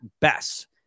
best